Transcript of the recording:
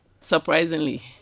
surprisingly